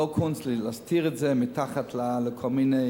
לא קונץ להסתיר את זה מתחת לכל מיני,